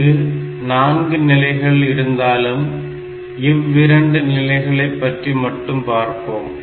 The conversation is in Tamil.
இங்கு நான்கு நிலைகள் இருந்தாலும் இவ்விரண்டு நிலைகளைப் பற்றி மட்டும் பார்ப்போம்